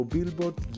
Billboard